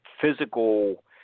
physical